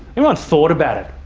anyone thought about it?